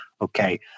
Okay